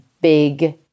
big